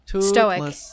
Stoic